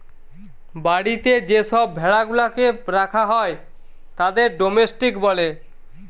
বাড়িতে যে সব ভেড়া গুলাকে রাখা হয় তাদের ডোমেস্টিক বলে